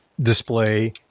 display